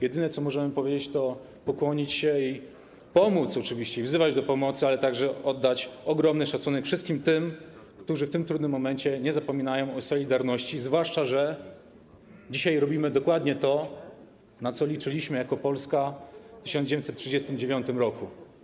Jedyne, co możemy powiedzieć, to pokłonić się i oczywiście pomóc, wzywać do pomocy, ale także wyrazić ogromny szacunek wobec wszystkich tych, którzy w tym trudnym momencie nie zapominają o solidarności, zwłaszcza że dzisiaj robimy dokładnie to, na co liczyliśmy jako Polska w 1939 r.